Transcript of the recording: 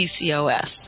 PCOS